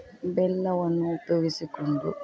ಬೆಲ್ಲವನ್ನು ಉಪಯೋಗಿಸಿಕೊಂಡು